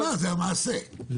זאת לא הכוונה,